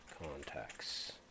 contacts